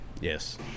yes